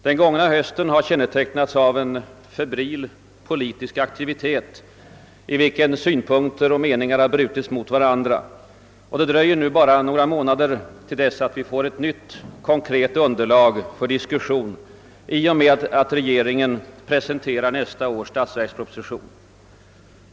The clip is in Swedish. Den gångna hösten har kännetecknats av en febril politisk aktivitet, där synpunkter och meningar har brutits mot varandra, och det dröjer nu endast några månader till dess vi får ett nytt konkret underlag för diskussion i och med att regeringen presenterar nästa års statsverksproposition.